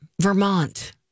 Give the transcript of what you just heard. Vermont